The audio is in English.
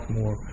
more